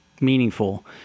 meaningful